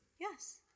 Yes